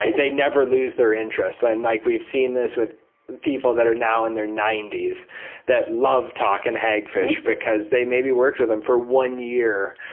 ah they never lose their interest. and like we've seen this with the people that are now in their ninety s that love talking hagfish because they maybe worked with them for one year,